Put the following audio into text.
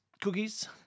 cookies